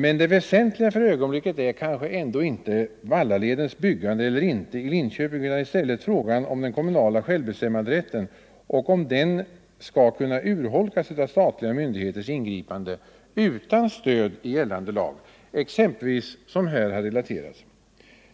Men det väsentligaste för ögonblicket är kanske ändå inte Vallaledens byggande eller inte i Linköping, utan i stället frågan om den kommunala självbestämmanderätten och om den skall kunna urholkas av statliga myndigheters ingripande utan stöd i gällande lag, exempelvis som här har relaterats.